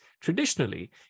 traditionally